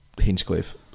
Hinchcliffe